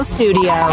Studio